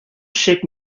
shake